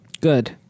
Good